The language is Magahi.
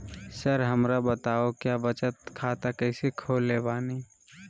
सर हमरा बताओ क्या बचत खाता कैसे खोले बानी?